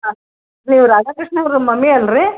ಹಾಂ ನೀವು ರಾಧಕೃಷ್ಣಅವ್ರ ಮಮ್ಮಿ ಅಲ್ಲರಿ